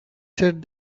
said